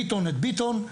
ביטון את ביטון,